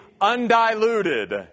undiluted